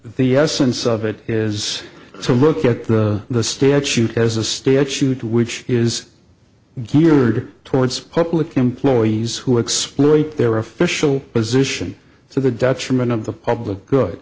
the essence of it is to look at the the statute as a statute which is geared towards public employees who are exploiting their official position to the detriment of the public